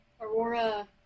Aurora